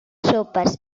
sopes